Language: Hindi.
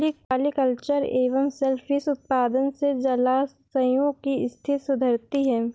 पॉलिकल्चर एवं सेल फिश उत्पादन से जलाशयों की स्थिति सुधरती है